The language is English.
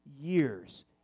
years